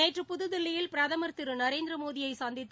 நேற்று புதுதில்லியில் பிரதமர் திரு நரேந்திரமோடியை சந்தித்த